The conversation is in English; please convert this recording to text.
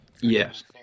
Yes